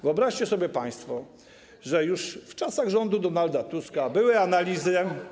Wyobraźcie sobie państwo, że już w czasach rządu Donalda Tuska były analizy.